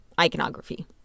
iconography